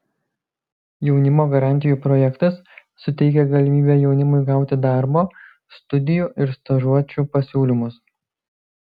jaunimo garantijų projektas suteikia galimybę jaunimui gauti darbo studijų ir stažuočių pasiūlymus